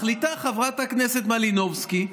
מחליטה חברת הכנסת מלינובסקי,